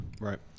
Right